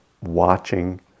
watching